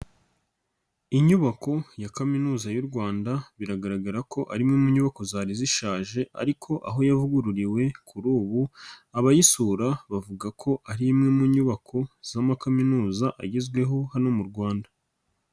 Inyubako ya Kaminuza y'u Rwanda biragaragara ko ari imwe mu nyubako zari zishaje ariko aho yavugururiwe kuri ubu, abayisura bavuga ko ari imwe mu nyubako z'amakaminuza agezweho hano mu Rwanda.